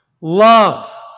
Love